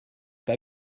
pas